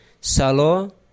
salo